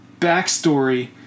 backstory